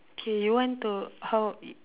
K you want to how